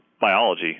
biology